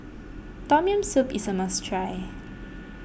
Tom Yam Soup is a must try